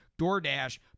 DoorDash